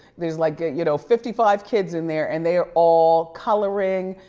there's like, you know, fifty five kids in there and they are all coloring,